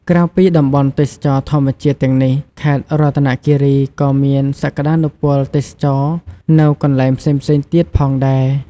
ក្រៅពីតំបន់ទេសចរណ៍ធម្មជាតិទាំងនេះ ខេត្តរតនគិរី ក៏មានសក្តានុពលទេសចរណ៍នៅកន្លែងផ្សេងៗទៀតផងដែរ។